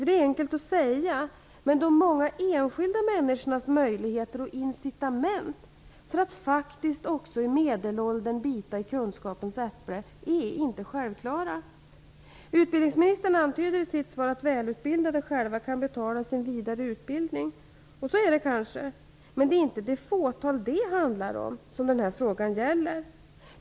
Det är ju enkelt att säga, men de många enskilda människornas möjligheter och incitament för att faktiskt också i medelåldern kunna bita i kunskapens äpple är inte självklara. Utbildningsministern antyder i sitt svar att de välutbildade själva kan betala sin vidare utbildning. Så är det kanske, men frågan gäller inte detta fåtal.